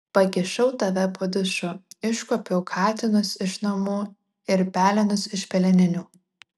pakišau tave po dušu iškuopiau katinus iš namų ir pelenus iš peleninių